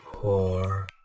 poor